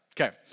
Okay